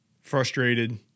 frustrated